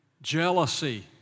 jealousy